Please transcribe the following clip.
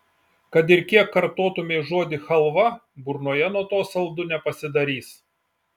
kad ir kiek kartotumei žodį chalva burnoje nuo to saldu nepasidarys